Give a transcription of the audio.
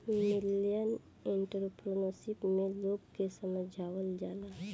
millennial entrepreneurship में लोग के समझावल जाला